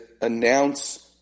announce